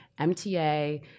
MTA